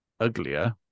uglier